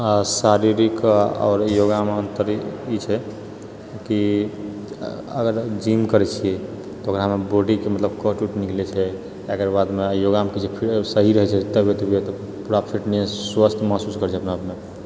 शारीरिक आ योगामे अंतर ई छै कि अगर जिम करए छियै तऽ ओकरामे बॉडीमे कट ऊट निकलै छै आ एकरा बाद योगमे सही रहए छै तबियत ओबियत पूरा फिटनेस महसूस करए छै अपनामे